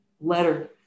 letter